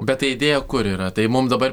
bet ta idėja kur yra tai mum dabar